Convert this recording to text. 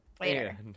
later